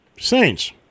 Saints